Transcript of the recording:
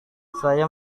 saya